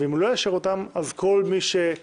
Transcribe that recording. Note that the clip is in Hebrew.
ואם היא לא תאשר אותן אז א'.